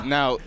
now